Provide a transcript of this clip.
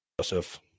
Joseph